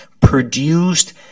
produced